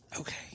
Okay